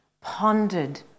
pondered